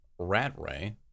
Ratray